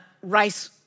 Race